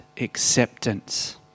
acceptance